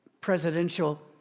presidential